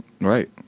Right